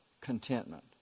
contentment